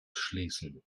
schließen